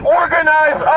organize